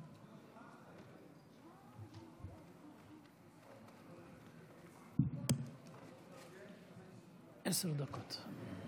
עשר דקות.